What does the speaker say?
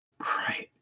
Right